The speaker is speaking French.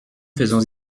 faisons